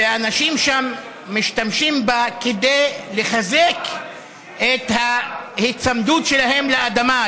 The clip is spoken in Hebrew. ואנשים שם משתמשים בה כדי לחזק את ההיצמדות שלהם לאדמה,